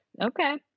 Okay